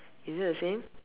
is it the same